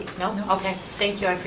no. no, okay. thank you